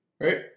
Right